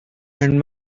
and